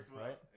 right